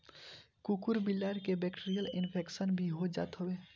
कुकूर बिलार के बैक्टीरियल इन्फेक्शन भी हो जात हवे